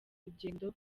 rugendo